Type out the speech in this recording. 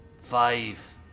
Five